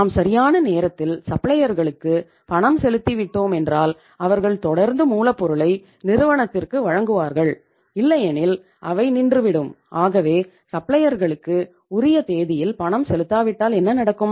நாம் சரியான நேரத்தில் சப்ளையர்களுக்கு உரிய தேதியில் பணம் செலுத்தாவிட்டால் என்ன நடக்கும்